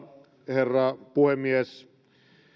herra puhemies